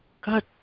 God